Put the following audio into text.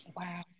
Wow